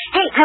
Hey